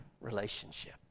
relationship